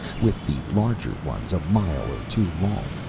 with the larger ones, a mile or two long,